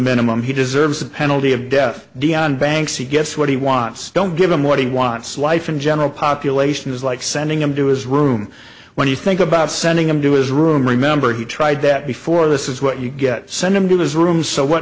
minimum he deserves the penalty of death deon bad thanks he gets what he wants don't give him what he wants life in general population is like sending him do his room when you think about sending him do his room remember he tried that before this is what you get sent him to this room so what